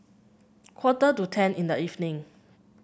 quarter to ten in the evening